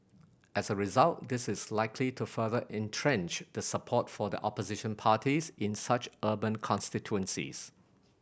as a result this is likely to further entrench the support for the opposition parties in such urban constituencies